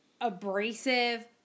abrasive